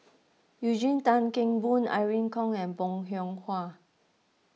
Eugene Tan Kheng Boon Irene Khong and Bong Hiong Hwa